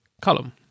column